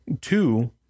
Two